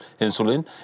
insulin